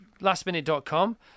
lastminute.com